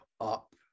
up